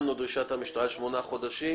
שמענו את דרישת המשטרה לשמונה חודשים,